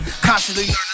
Constantly